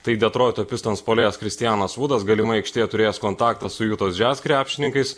tai detroito pistons puolėjas kristianas vudas galimai aikštėje turėjęs kontaktą su jutos jazz krepšininkais